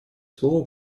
слово